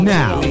now